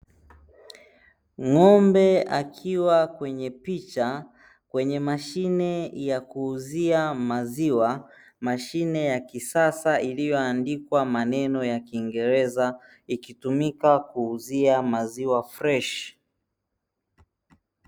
Ngombe akiwa kwenye picha kwenye mashine ya kuuzia maziwa mashine ya kisasa iliyoandikwa maneno ya kiingereza ikitumika kuuzia maziwa freshi.